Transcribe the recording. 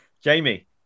Jamie